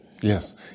Yes